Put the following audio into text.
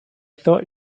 thought